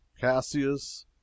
Cassius